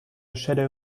shadow